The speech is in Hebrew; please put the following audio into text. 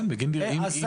כן, אם לא הגיע יום המכירה.